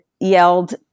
yelled